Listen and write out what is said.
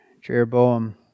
Jeroboam